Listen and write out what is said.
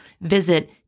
Visit